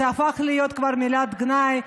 זה הפך להיות כבר מילת גנאי,